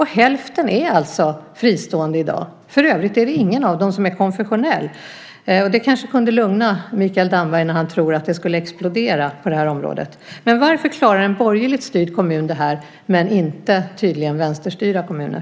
Hälften är alltså fristående i dag. För övrigt är det ingen av dem som är konfessionell, och det kanske kan lugna Mikael Damberg när han tror att det ska explodera på det här området. Varför klarar en borgerligt styrd kommun det här men tydligen inte vänsterstyrda kommuner?